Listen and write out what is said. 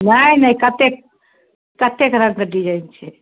नहि नहि कतेक कतेक रङ्गके डिजाइन छै